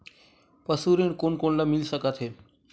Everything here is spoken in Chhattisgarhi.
पशु ऋण कोन कोन ल मिल सकथे?